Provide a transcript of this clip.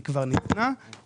אנחנו מבקשים שיהיה פה דיון שקוף,